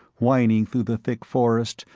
whining through the thick forest,